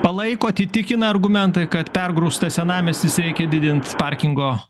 palaikot įtikina argumentai kad pergrūstas senamiestis reikia didint parkingo